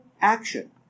action